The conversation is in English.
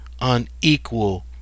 unequal